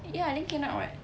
ya then cannot [what]